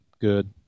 good